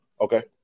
Okay